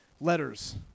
Letters